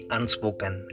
Unspoken